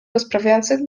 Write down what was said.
rozprawiających